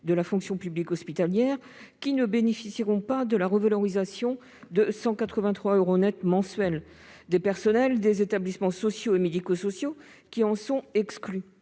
de la fonction publique hospitalière qui ne bénéficieront pas de la revalorisation de 183 euros mensuels net. Ainsi, les personnels des établissements sociaux et médico-sociaux en sont exclus.